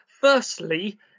Firstly